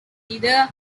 either